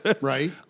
Right